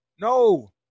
No